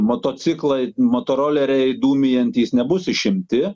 motociklai motoroleriai dūmijantys nebus išimti